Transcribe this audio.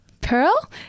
Pearl